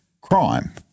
crime